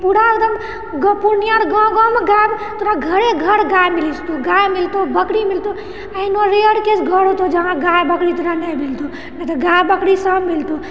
पूरा एकदम पूर्णिया गाँव गाँवमे गाय तोरा घरे घर गाय मिलतहुँ गाय मिलतहुँ बकरी मिलतहुँ एहनो रेयर केश घर हेतौ जहाँ गाए बकरी तोरा नहि मिलतहुँ नहि तऽ गाय बकरी सब मिलतहुँ